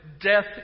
death